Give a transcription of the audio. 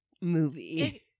movie